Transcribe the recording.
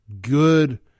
good